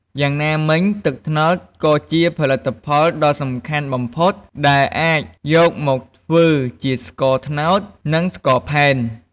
យ៉ាងណាមិញ ទឹកត្នោតក៏ជាផលិតផលដ៏សំខាន់បំផុតដែលអាចយកទៅធ្វើជាស្ករត្នោត និងស្ករផែន។